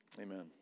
amen